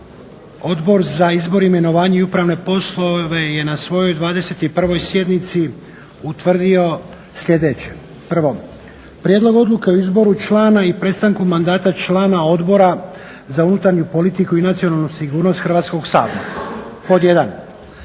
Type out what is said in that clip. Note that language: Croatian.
Odbor za izbor, imenovanje i upravne poslove je na svojoj 21.sjednici utvrdio sljedeće. Prvo, prijedlog odluke o izboru člana i prestanku mandata člana Odbora za unutarnju politiku i nacionalnu sigurnost Hrvatskog sabora. Pod